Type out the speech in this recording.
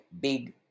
big